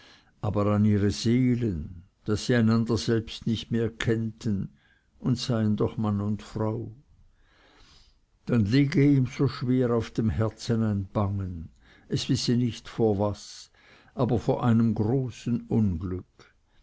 aber an ihre seelen daß sie einander selbst nicht mehr kennten und seien sie doch mann und frau dann liege ihm so schwer auf dem herzen ein bangen es wisse nicht vor was aber vor einem großen unglück